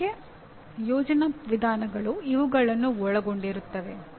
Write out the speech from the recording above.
ಕಾರ್ಯಕ್ಕೆ ಯೋಜನಾ ವಿಧಾನಗಳು ಇವುಗಳನ್ನು ಒಳಗೊಂಡಿರುತ್ತವೆ